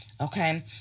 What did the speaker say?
okay